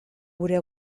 gure